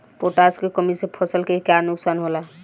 Potash के कमी से फसल के का नुकसान होला?